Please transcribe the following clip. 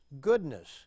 goodness